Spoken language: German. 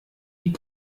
die